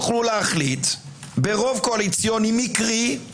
אתמול שמתי לך את זה על השולחן.